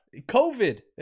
COVID